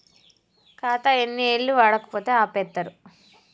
ఖాతా ఎన్ని ఏళ్లు వాడకపోతే ఆపేత్తరు?